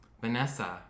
Vanessa